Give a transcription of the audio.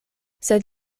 sed